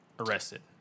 arrested